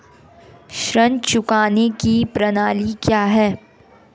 ऋण चुकाने की प्रणाली क्या है?